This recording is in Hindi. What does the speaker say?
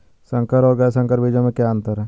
संकर और गैर संकर बीजों में क्या अंतर है?